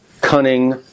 cunning